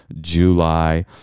July